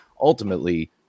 ultimately